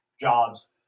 jobs